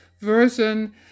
version